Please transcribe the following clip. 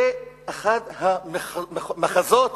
זה אחד המחזות